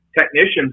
technicians